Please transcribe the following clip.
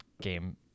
game